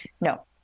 no